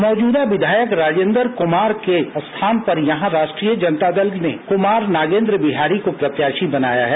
मौजुदा विधायक राजेंद्र कुमार के स्थान पर यहां से राष्ट्रीय जनता दल ने कुमार नागेंद्र बिहारी को प्रत्याशी बनाया है